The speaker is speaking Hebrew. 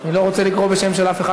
אני לא רוצה לקרוא בשם של אף אחד,